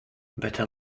better